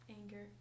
Anger